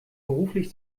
beruflich